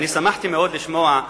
שמחתי מאוד לשמוע,